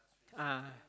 (uh huh)